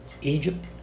Egypt